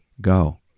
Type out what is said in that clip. Go